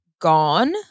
gone